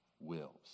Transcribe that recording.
wills